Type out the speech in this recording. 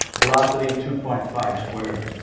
velocity, two point five squared